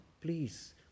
please